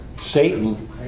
Satan